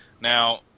Now